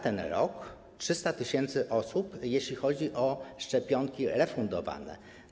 To 300 tys. osób, jeśli chodzi o szczepionki refundowane.